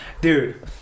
dude